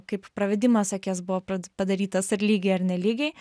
kaip pravedimas akies buvo pat padarytas ar lygiai ar nelygiai